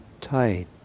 tight